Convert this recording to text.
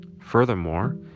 Furthermore